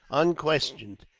unquestioned,